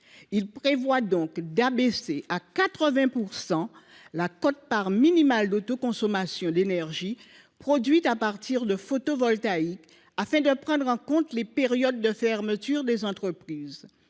amendement tend à abaisser à 80 % la quote part minimale d’autoconsommation d’énergie produite à partir du photovoltaïque afin de prendre en compte les périodes de fermeture des entreprises.